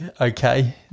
okay